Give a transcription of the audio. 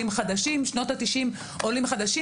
בואו נעזור לעולים שנמצאים כאן בארץ,